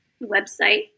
website